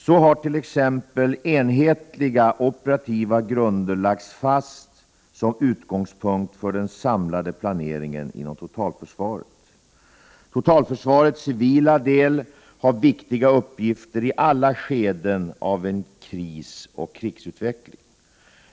Så har t.ex. enhetliga operativa grunder lagts fast som utgångspunkt för den samlade planeringen inom totalförsvaret. Totalförsvarets civila del har viktiga uppgifter i alla skeden av en krisoch krigsutveckling.